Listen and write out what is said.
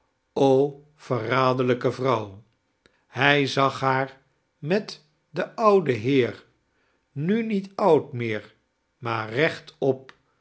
yerraderlqke vrouw hij zag haar met den ouden heer nu niet oud meer maar reehtop